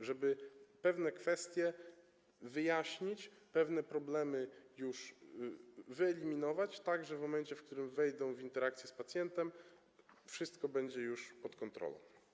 żeby pewne kwestie wyjaśnić, pewne problemy już wyeliminować, tak że w momencie, w którym wejdą w interakcję z pacjentem, wszystko będzie już pod kontrolą.